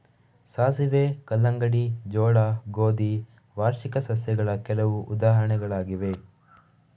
ಸಾಸಿವೆ, ಕಲ್ಲಂಗಡಿ, ಜೋಳ, ಗೋಧಿ ವಾರ್ಷಿಕ ಸಸ್ಯಗಳ ಕೆಲವು ಉದಾಹರಣೆಗಳಾಗಿವೆ